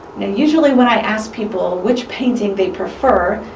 now usually when i ask people which painting they prefer,